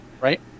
right